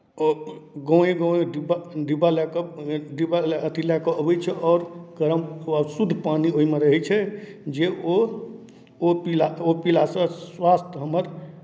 ओ गाँवए गाँवए डिब्बा डिब्बा लए कऽ डिब्बा अथि लए कऽ अबै छै आओर गरम शुद्ध पानि ओहिमे रहैत छै जे ओ पीला तऽ ओ पीलासँ स्वास्थ्य हमर